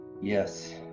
Yes